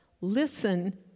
listen